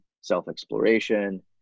self-exploration